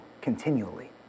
continually